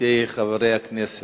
עמיתי חברי הכנסת,